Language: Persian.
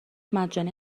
مجانی